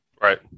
Right